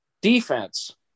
Defense